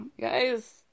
guys